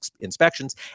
inspections